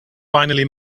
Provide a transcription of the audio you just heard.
finally